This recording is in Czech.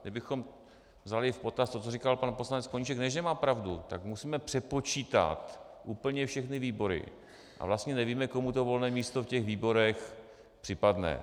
Kdybychom vzali v potaz to, co říkal pan poslanec Koníček ne že má pravdu tak musíme přepočítat úplně všechny výbory a vlastně nevíme, komu to volné místo v těch výborech připadne.